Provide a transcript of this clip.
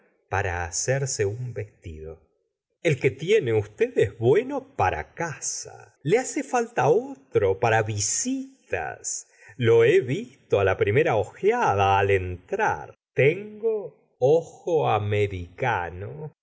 para hacerse un ves ti do el que tiene usted es bueno para casa le hace falta otro para visitas lo he visto á la primera ojeada al entrar tengo ojo americano